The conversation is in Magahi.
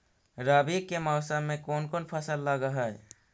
रवि के मौसम में कोन कोन फसल लग है?